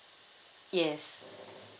yes